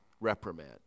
reprimand